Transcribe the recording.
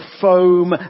foam